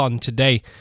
today